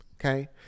okay